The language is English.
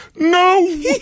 no